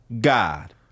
God